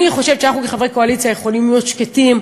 אני חושבת שאנחנו כחברי קואליציה יכולים להיות שקטים.